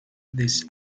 this